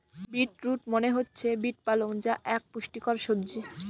bit root মনে হচ্ছে beet পালং যা এক পুষ্টিকর সবজি